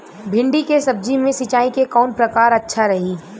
भिंडी के सब्जी मे सिचाई के कौन प्रकार अच्छा रही?